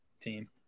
team